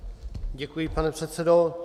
Děkuji, pane předsedo.